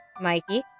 Mikey